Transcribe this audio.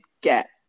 get